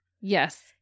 Yes